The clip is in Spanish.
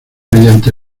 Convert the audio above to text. mediante